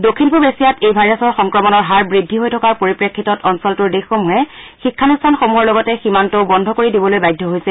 দক্ষিণ পুব এছিয়াত এই ভাইৰাছৰ সংক্ৰমণৰ হাৰ বৃদ্ধি হৈ থকাৰ পৰিপ্ৰেক্ষিতত অঞ্চলটোৰ দেশসমূহে শিক্ষানুষ্ঠানসমূহৰ লগতে সীমান্তও বন্ধ কৰি দিবলৈ বাধ্য হৈছে